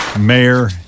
mayor